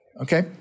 Okay